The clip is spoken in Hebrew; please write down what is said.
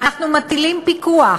אנחנו מטילים פיקוח